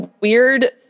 weird